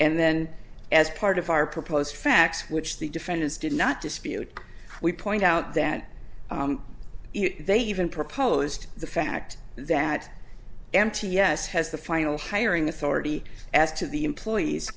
and then as part of our proposed facts which the defendants did not dispute we point out that they even proposed the fact that mt yes has the final hiring authority as to the employees